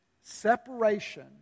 separation